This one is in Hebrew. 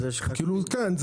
אז יש לך כלי --- כן,